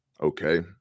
okay